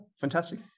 fantastic